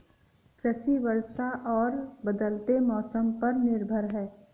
कृषि वर्षा और बदलते मौसम पर निर्भर है